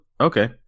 okay